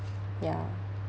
ya